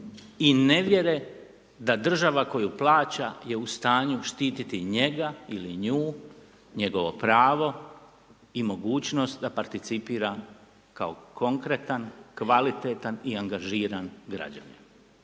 i nevjere, da država koju plaća, je u stanju štitit njega ili nju, njegovo pravo i mogućnost da participira kao konkretan, kvalitetan i angažiran građanin.